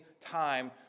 time